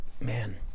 man